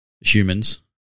Humans